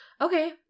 Okay